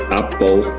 apple